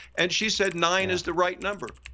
and she said nine is the right number.